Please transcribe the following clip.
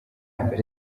mbere